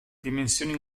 dimensioni